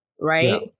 right